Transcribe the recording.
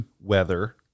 Weather